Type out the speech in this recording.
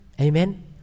Amen